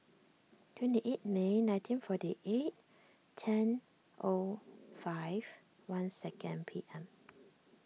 twenty eight May nineteen forty eight ten O five one second P M